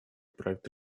проект